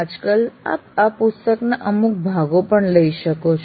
આજકાલ આપ આ પુસ્તકના અમુક ભાગો પણ લઇ શકો છો